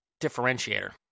differentiator